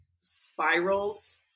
spirals